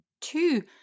two